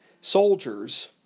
soldiers